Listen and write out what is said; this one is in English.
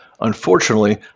Unfortunately